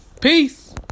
Peace